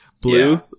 Blue